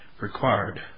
required